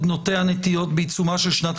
כי גם אם תקנה עומדת לפקוע,